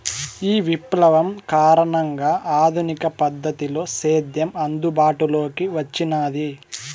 ఈ విప్లవం కారణంగా ఆధునిక పద్ధతిలో సేద్యం అందుబాటులోకి వచ్చినాది